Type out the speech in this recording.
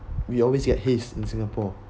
we always get haze in singapore